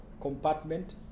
compartment